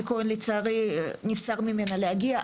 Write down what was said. לצערי נבצר ממנה להגיע,